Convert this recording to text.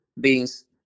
beings